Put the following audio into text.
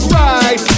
right